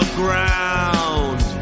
ground